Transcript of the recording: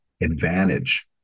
advantage